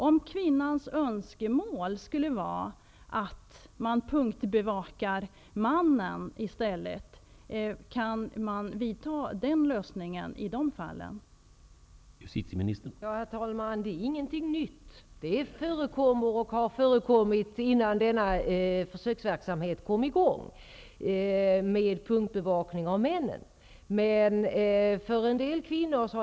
Om kvinnans önskemål skulle vara att man i stället punktbevakar mannen, kan den lösningen då tillgripas?